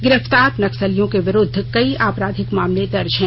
गिरफ्तार नक्सलियों के विरूद्व कई आपराधिक मामले दर्ज है